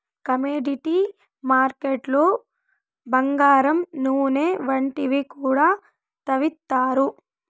commodity మార్కెట్లు బంగారం నూనె వంటివి కూడా తవ్విత్తారు